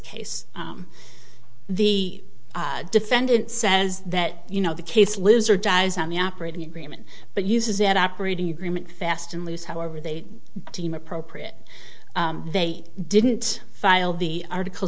case the defendant says that you know the case lives or dies on the operating agreement but uses that operating agreement fast and loose however they deem appropriate they didn't file the articles